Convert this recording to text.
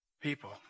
people